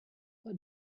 what